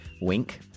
Wink